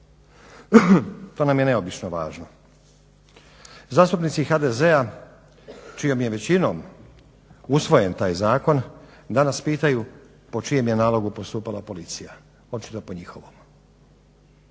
To nam je neobično važno. Zastupnici HDZ-a čijom je većinom usvojen taj zakon danas pitaju po čijem je nalogu postupala policija. Očito po njihovom.